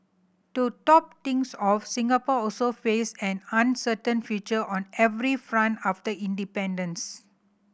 to top things off Singapore also faced an uncertain future on every front after independence